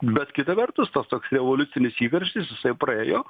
bet kita vertus tas toks revoliucinis įkarštis jisai praėjo